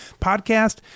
podcast